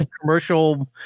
commercial